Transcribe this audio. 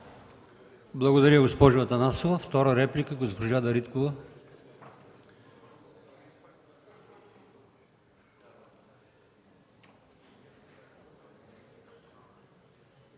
Благодаря, госпожо Атанасова.